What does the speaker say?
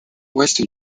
ouest